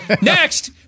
Next